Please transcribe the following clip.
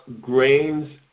grains